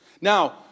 Now